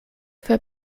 für